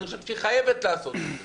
אני חושב שהיא חייבת לעשות את זה.